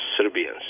Serbians